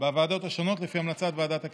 בוועדות השונות לפי המלצת ועדת הכנסת.